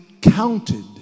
counted